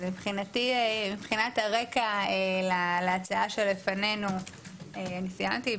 מבחינת הרקע להצעה שלפנינו סיימתי.